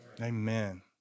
Amen